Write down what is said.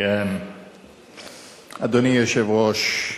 אדוני היושב-ראש,